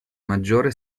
maggiore